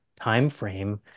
timeframe